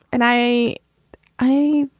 and i i